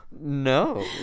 No